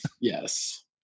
Yes